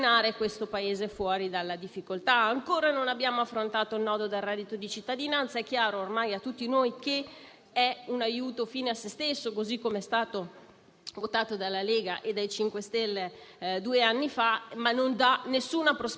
Mi pare che in questo momento, e lo dico unendomi a chi lo ha chiesto con forza, serva un punto politico di maggioranza: un programma chiaro, strategico, e maggiori competenze.